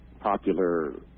popular